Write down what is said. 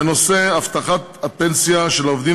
1. בנושא: הבטחת הפנסיה של העובדים